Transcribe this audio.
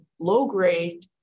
low-grade